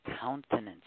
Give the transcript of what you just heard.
countenance